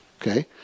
Okay